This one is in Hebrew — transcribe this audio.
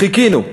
חיכינו.